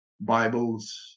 Bibles